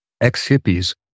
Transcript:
ex-hippies